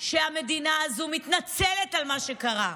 שהמדינה הזו מתנצלת על מה שקרה,